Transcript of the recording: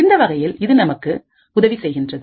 இந்த வகையில் இது நமக்குஉதவி செய்கின்றது